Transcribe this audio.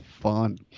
fun